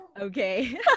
okay